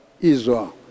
Israel